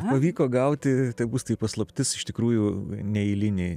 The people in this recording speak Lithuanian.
pavyko gauti tai bus tai paslaptis iš tikrųjų neeilinė